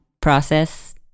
process